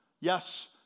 Yes